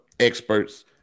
Experts